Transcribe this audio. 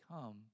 come